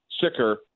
sicker